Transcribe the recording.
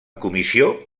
comissió